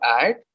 add